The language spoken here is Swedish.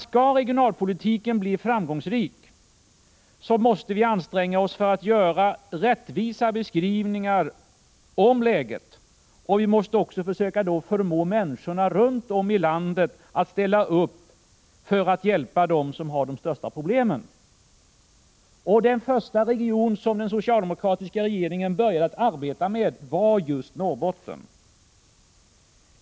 Skall regionalpolitiken bli framgångsrik, måste vi anstränga oss att göra rättvisa beskrivningar av läget, och vi måste också försöka förmå människorna runt om i landet att ställa upp för att hjälpa dem som har de största problemen. Den första region som den socialdemokratiska regeringen började att arbeta med var just Norrbotten.